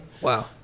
Wow